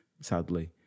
sadly